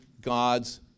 God's